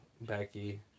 Becky